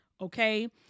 Okay